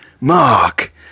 Mark